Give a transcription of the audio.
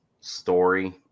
story